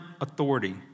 authority